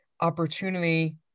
opportunity